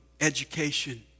education